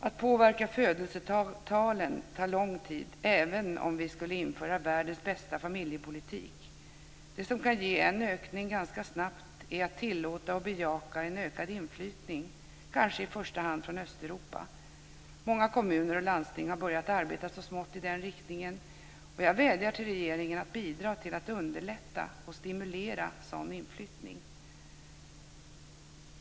Att påverka födelsetalen tar lång tid, även om vi skulle införa världens bästa familjepolitik. Det som kan ge en ökning ganska snabbt är att tillåta och bejaka en ökad inflyttning, kanske i första hand från Östeuropa. Många kommuner och landsting har börjat arbeta så smått i den riktningen, och jag vädjar till regeringen att bidra till att underlätta och stimulera sådan inflyttning.